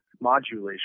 modulation